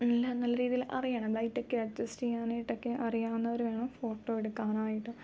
എല്ലാം നല്ല രീതിയിൽ അറിയണം ലൈറ്റ് ഒക്കെ അഡ്ജസ്റ്റ് ചെയ്യാനായിട്ടൊക്കെ അറിയാവുന്നവരുവേണം ഫോട്ടോ എടുക്കാനായിട്ട്